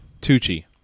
Tucci